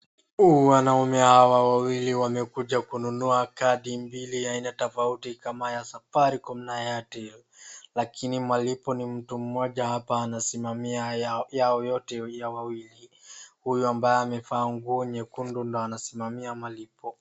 Wanaume hawa wawili wamekuja kununua kadi mbili ya aina tofauti kama ya Safaricom na Airtel lakini malipo ni mtu mmoja hapa anasimamia yao yote ya wawili. Huyo ambaye amevaa nguo nyekundu ndio anasimamia malipo.